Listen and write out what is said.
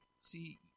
See